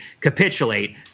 capitulate